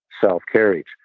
self-carriage